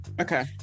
Okay